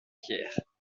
pierre